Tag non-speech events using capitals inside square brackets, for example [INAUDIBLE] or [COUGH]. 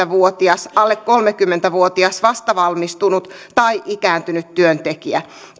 [UNINTELLIGIBLE] vuotias alle kolmekymmentä vuotias vastavalmistunut tai ikääntynyt työntekijä